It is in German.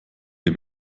dem